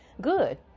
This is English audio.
good